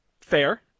fair